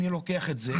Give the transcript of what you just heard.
אני לוקח את זה,